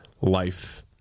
life